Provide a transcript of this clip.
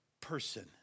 person